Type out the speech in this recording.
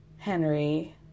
Henry